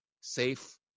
safe